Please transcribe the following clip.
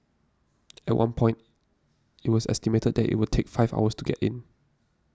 at one point it was estimated that it would take five hours to get in